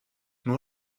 nur